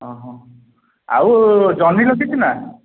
ଆଉ ଜହ୍ନି ରଖିଛୁ ନା